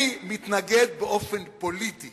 מתנגד באופן פוליטי